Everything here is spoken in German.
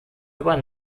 über